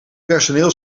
personeel